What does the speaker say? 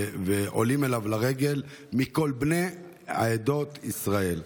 ועולים אליו לרגל מכל בני עדות ישראל,